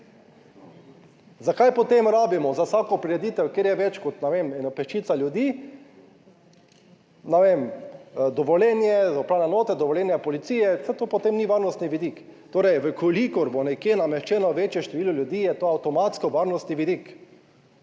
Zakaj potem rabimo za vsako prireditev, kjer je več kot, ne vem, ena peščica ljudi, ne vem, dovoljenje upravne enote, dovoljenja policije, saj to potem ni varnostni vidik. Torej v kolikor bo nekje nameščeno večje število ljudi, je to avtomatsko varnostni vidik